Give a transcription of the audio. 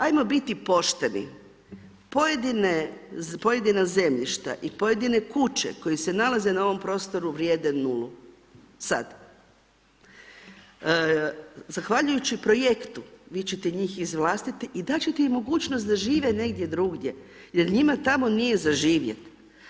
Ajmo biti pošteni, pojedina zemljišta i pojedine kuće koje se nalaze na ovom prostoru vrijede 0, sad, zahvaljujući projektu vi ćete njih izvlastiti i da ti ćete im mogućnost da žive negdje drugdje jer njima tamo nije za živjeti.